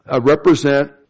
represent